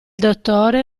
dottore